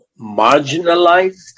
marginalized